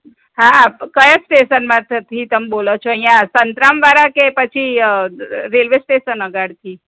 હા કયા સ્ટેસન માસ્ટરથી તમે બોલો છો અહીંયા સંતરામવાળા કે પછી રેલવે સ્ટેસન આગળથી